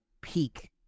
peak